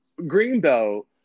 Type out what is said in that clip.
Greenbelt